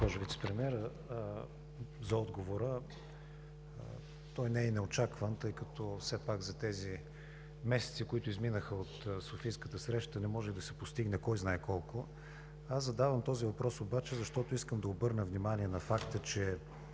госпожо Вицепремиер. Той не е и неочакван, тъй като все пак за тези месеци, които изминаха от Софийската среща, не може да се постигне кой знае колко. Задавам този въпрос обаче, защото искам да обърна внимание на факта, че